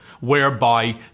whereby